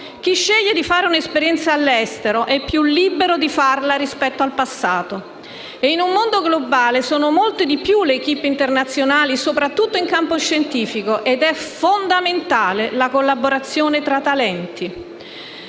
Chi sceglie di fare un'esperienza all'estero è più libero di farla rispetto al passato. In un mondo globale, sono molte di più le *équipe* internazionali, soprattutto in campo scientifico, ed è fondamentale la collaborazione fra talenti.